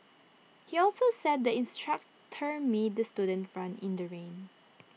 he also said the instructor made the student run in the rain